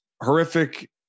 horrific